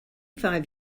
five